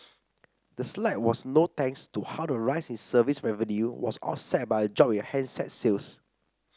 the slide was no thanks to how a rise in service revenue was offset by a drop in handset sales